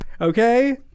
okay